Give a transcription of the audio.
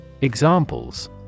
Examples